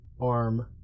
arm